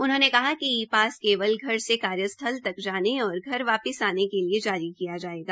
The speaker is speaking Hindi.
उन्होंने कहा कि ई पास केवल घर से कार्यस्थल तक जाने और घर वापिस आने के लिए जारी किया जायेगा